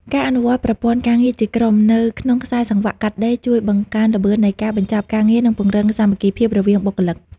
ការអនុវត្តប្រព័ន្ធការងារជាក្រុម នៅក្នុងខ្សែសង្វាក់កាត់ដេរ ជួយបង្កើនល្បឿននៃការបញ្ចប់ការងារ និងពង្រឹងសាមគ្គីភាពរវាងបុគ្គលិក។